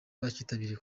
bakitabiriye